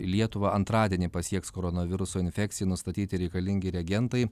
į lietuvą antradienį pasieks koronaviruso infekcijai nustatyti reikalingi reagentai